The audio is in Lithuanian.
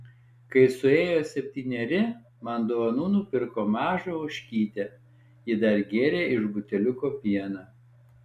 kai suėjo septyneri man dovanų nupirko mažą ožkytę ji dar gėrė iš buteliuko pieną